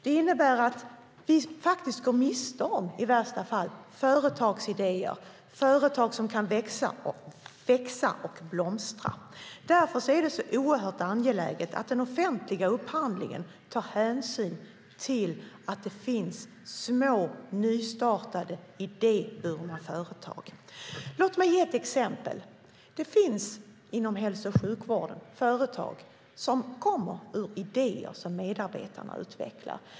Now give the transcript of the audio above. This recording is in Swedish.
Det innebär att vi i värsta fall går miste om företagsidéer och företag som kan växa och blomstra. Därför är det så oerhört angeläget att den offentliga upphandlingen tar hänsyn till att det finns små nystartade idéburna företag. Låt mig ge ett exempel! Det finns inom hälso och sjukvården företag som kommer ur idéer som medarbetarna utvecklar.